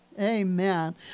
Amen